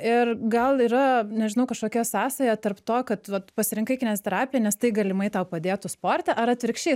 ir gal yra nežinau kažkokia sąsaja tarp to kad vat pasirinkai kineziterapiją nes tai galimai tau padėtų sporte ar atvirkščiai